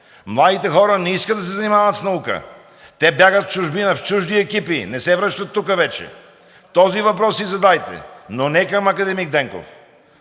Младите хора не искат да се занимават с наука. Те бягат в чужбина в чужди екипи, не се връщат тук вече. Този въпрос си задайте, но не към академик Денков.